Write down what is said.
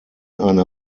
eine